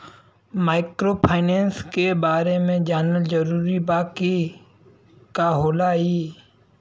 Microfinance के बारे में जानल जरूरी बा की का होला ई?